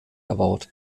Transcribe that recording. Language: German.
award